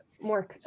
more